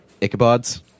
Ichabods